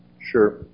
sure